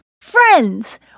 Friends